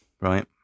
right